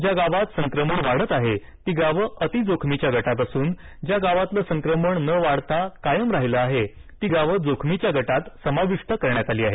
ज्या गावात संक्रमण वाढत आहे ती गावं अति जोखमीच्या गटात असून ज्या गावातलं संक्रमण न वाढता कायम राहिलं आहे ती गावं जोखमीच्या गटात समाविष्ट करण्यात आली आहेत